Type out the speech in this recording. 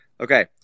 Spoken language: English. okay